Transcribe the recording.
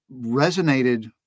resonated